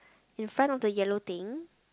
in front of the yellow thing